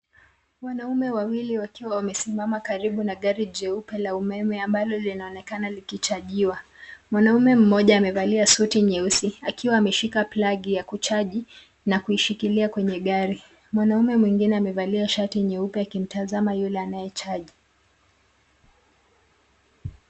Wanaume wawili wakiwa wamesimama karibu na gari jeupe la umeme ambalo linaloonekana likichajiwa. Mwanaume mmoja amevalia suti nyeusi akiwa ameshika plug ya kuchaji na kuishikilia kwenye gari. Mwanaume mwingine amevalia shati nyeupe akimtazama yule anayechaji.